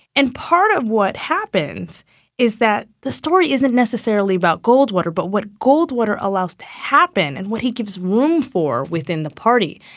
and part of what happens is that the story isn't necessarily about goldwater but what goldwater allows to happen and what he gives room for within the party.